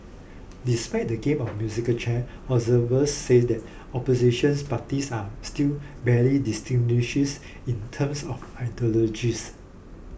despite the game of musical chairs observers say the oppositions parties are still barely distinguishes in terms of ideologies